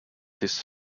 his